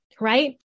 right